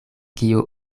kio